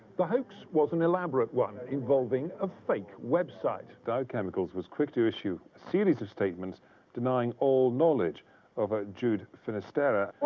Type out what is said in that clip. the hoax was an elaborate one involving a fake website. dow chemicals was quick to issue a series of statements denying all knowledge of a jude finisterra.